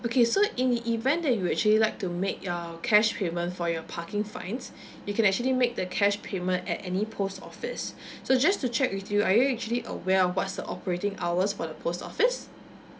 okay so in the event that you're actually like to make your cash payment for your parking fines you can actually make the cash payment at any post office so just to check with you are you actually aware of what's the operating hours for the post office